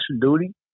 duty